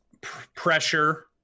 pressure